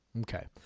Okay